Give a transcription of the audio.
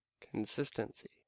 Consistency